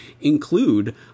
include